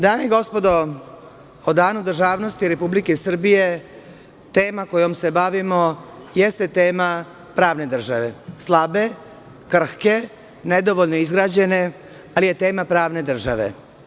Dame i gospodo, o Danu državnosti Republike Srbije tema kojom se bavimo jeste tema pravne države, slabe, krhke, nedovoljno izgrađene, ali je tema pravne države.